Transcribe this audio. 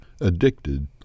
Addicted